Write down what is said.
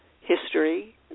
history